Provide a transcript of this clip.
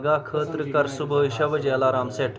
پگاہ خٲطرٕ کَر صُبحٲے شےٚ بَجے الارام سیٹ